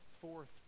fourth